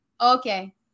okay